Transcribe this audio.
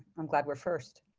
i'm glad we're first